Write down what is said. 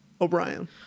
O'Brien